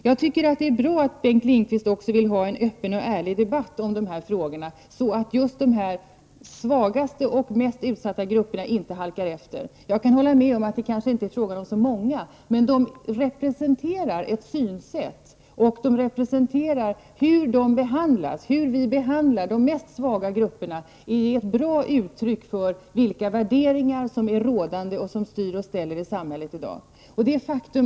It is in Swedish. Jag tycker att det är bra att Bengt Lindqvist vill ha en öppen och ärlig debatt om dessa frågor, så att de svagaste och mest utsatta grupperna inte halkar efter. Jag kan hålla med om att det kanske inte är fråga om så många människor, men behandlingen av dessa grupper är representativ för hur vi behandlar de svagaste i samhället. Detta är ett uttryck för de värderingar som styr i samhället i dag.